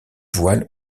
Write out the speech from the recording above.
voiles